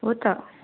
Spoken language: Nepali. हो त